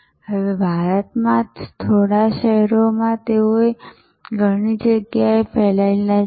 તે હવે ભારતમાં શહેરો ઘણી જગ્યાએ ફેલાયેલી છે